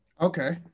Okay